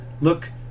look